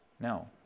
No